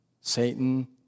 Satan